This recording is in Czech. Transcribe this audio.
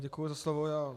Děkuji za slovo.